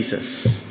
Jesus